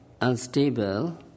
unstable